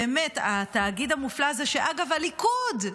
באמת, התאגיד המופלא הזה, שאגב, הליכוד,